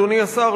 אדוני השר,